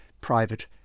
private